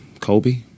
Kobe